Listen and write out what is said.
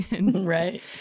Right